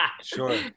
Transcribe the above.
Sure